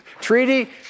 Treaty